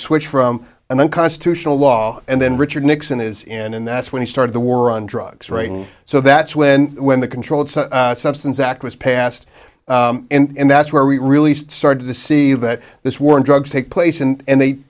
switched from an unconstitutional law and then richard nixon is in and that's when he started the war on drugs writing so that's when when the controlled substance act was passed and that's where we really started to see that this war on drugs take place and they